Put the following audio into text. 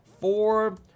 four